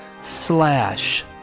slash